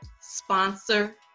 sponsor